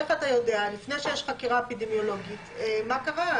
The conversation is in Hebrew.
איך אתה יודע לפני שיש חקירה אפידמיולוגית מה קרה?